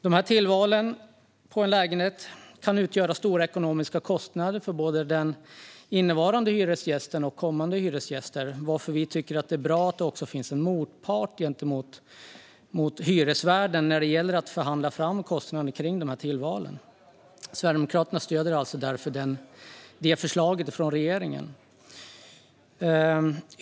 Dessa tillval kan medföra stora kostnader för såväl den innevarande hyresgästen som kommande hyresgäster, varför vi tycker att det är bra att det finns en motpart till hyresvärden när kostnaderna för tillvalen ska förhandlas. Sverigedemokraterna stöder därför detta förslag från regeringen.